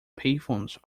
payphones